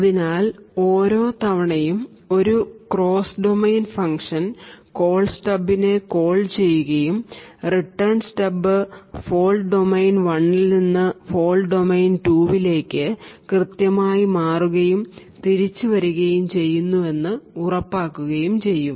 അതിനാൽ ഓരോ തവണയും ഒരു ക്രോസ് ഡൊമെയ്ൻ ഫംഗ്ഷൻ കോൾ സ്റ്റബിനെ കോൾ ചെയ്യുകയ്യും റിട്ടേൺ സ്റ്റബ് ഫോൾട് ഡൊമെയ്ൻ 1 ൽ നിന്ന് ഫോൾട് ഡൊമെയ്ൻ 2 ലേക്ക് കൃത്യമായി മാറുകയും തിരിച്ചു വരികയും ചെയ്യുന്നു എന്നു ഉറപ്പാക്കുകയും ചെയ്യും